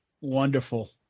Wonderful